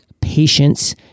patience